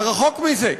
הרחוק מזה.